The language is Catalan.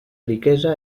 riquesa